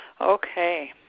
Okay